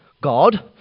God